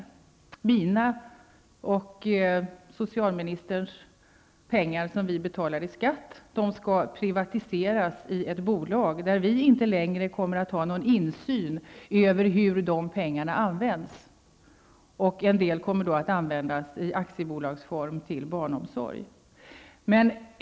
De pengar som jag och socialministern betalar i skatt skall privatiseras i ett bolag där vi inte längre kommer att ha någon insyn över hur de används. En del kommer då att användas till barnomsorg i aktiebolagsform.